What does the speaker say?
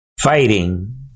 fighting